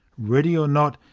ready or not,